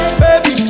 baby